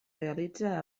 realitza